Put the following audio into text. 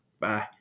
Bye